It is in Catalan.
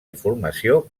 informació